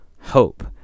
hope